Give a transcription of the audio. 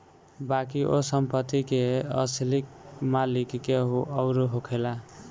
बाकी ओ संपत्ति के असली मालिक केहू अउर होखेला